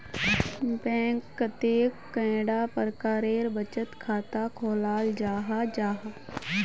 Bank कतेक कैडा प्रकारेर बचत खाता खोलाल जाहा जाहा?